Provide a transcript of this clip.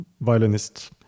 violinist